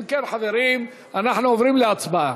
אם כן, חברים, אנחנו עוברים להצבעה.